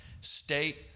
state